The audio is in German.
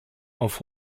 auf